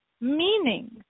Meaning